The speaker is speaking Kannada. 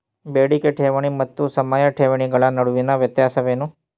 ಬೇಡಿಕೆ ಠೇವಣಿ ಮತ್ತು ಸಮಯ ಠೇವಣಿಗಳ ನಡುವಿನ ವ್ಯತ್ಯಾಸವೇನು?